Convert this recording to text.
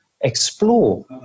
explore